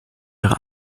ihre